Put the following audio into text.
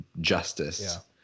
justice